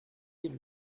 diese